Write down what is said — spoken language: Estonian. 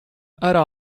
ära